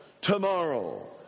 tomorrow